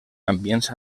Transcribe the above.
ambients